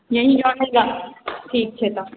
ठीक छै तऽ